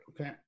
okay